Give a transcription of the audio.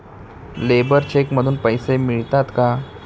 Labour cheque मधून पैसे मिळतात का?